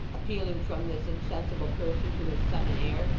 appealing from this insensible person to his son and heir,